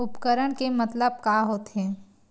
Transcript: उपकरण के मतलब का होथे?